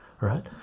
right